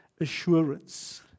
assurance